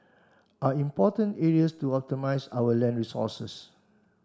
are important areas to optimise our land resources